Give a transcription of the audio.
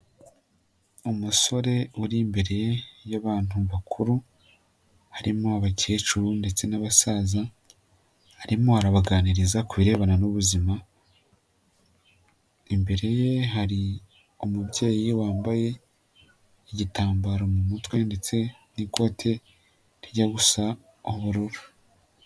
Umusore uri imbere y'abantu bakuru harimo abakecuru ndetse n'abasaza, arimo arabaganiriza ku birebana n'ubuzima imbere ye hari umubyeyi wambaye igitambaro mu mutwe ndetse n'ikote rijya gusa n'ubururu.